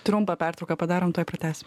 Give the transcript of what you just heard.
trumpą pertrauką padarom tuoj pratęsim